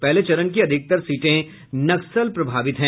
पहले चरण की अधिकतर सीटें नक्सल प्रभावित हैं